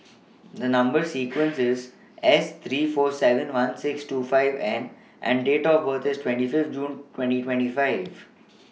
The Number sequence IS S three four seven one six two five N and Date of birth IS twenty five June twenty twenty five